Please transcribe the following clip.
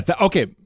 okay